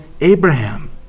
Abraham